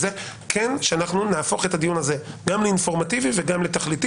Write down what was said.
כן שאנחנו נהפוך את הדיון הזה גם לאינפורמטיבי וגם לתכליתי